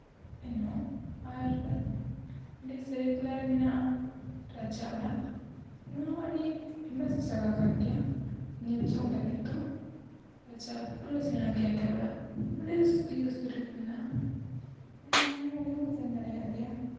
ᱮᱱᱦᱚᱸ ᱚᱸᱰᱮ ᱥᱟᱹᱨᱟᱹᱭᱠᱮᱞᱟ ᱨᱮ ᱢᱮᱱᱟᱜᱼᱟ ᱨᱟᱡᱟ ᱚᱲᱟᱜ ᱱᱚᱣᱟ ᱦᱚᱸ ᱟᱹᱰᱤ ᱯᱷᱮᱢᱟᱥ ᱡᱟᱭᱜᱟ ᱠᱟᱱ ᱜᱮᱭᱟ ᱧᱮᱞ ᱡᱚᱝ ᱞᱟᱹᱜᱤᱫ ᱫᱚ ᱨᱟᱡᱟᱜ ᱯᱩᱨᱟᱹ ᱥᱮᱬᱟ ᱜᱮᱛᱟᱭᱟ ᱚᱲᱟᱜ ᱚᱸᱰᱮ ᱥᱩᱨ ᱨᱮᱜᱮ ᱢᱮᱱᱟᱜᱼᱟ ᱚᱱᱟ ᱦᱚᱸ ᱚᱸᱰᱮ ᱦᱚᱸᱢ ᱥᱮᱱ ᱫᱟᱲᱮᱭᱟᱜ ᱜᱮᱭᱟᱢ